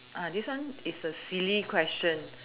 uh this one is a silly question